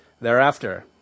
thereafter